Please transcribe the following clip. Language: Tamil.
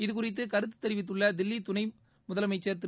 இதுகுறித்து கருத்து தெரிவித்துள்ள தில்லி துணை முதலமைச்சர் திரு